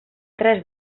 tres